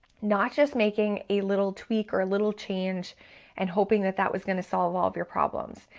not just making a little tweak or a little change and hoping that that was gonna solve all of your problems.